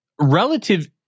relative